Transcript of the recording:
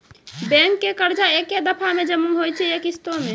Bank के कर्जा ऐकै दफ़ा मे जमा होय छै कि किस्तो मे?